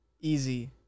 easy